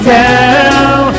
down